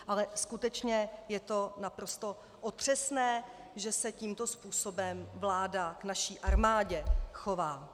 Ale skutečně je to naprosto otřesné, že se tímto způsobem vláda k naší armádě chová.